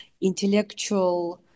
intellectual